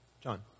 John